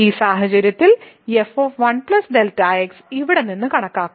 ഈ സാഹചര്യത്തിൽ f 1 Δx ഇവിടെ നിന്ന് കണക്കാക്കും